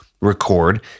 record